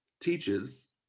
teaches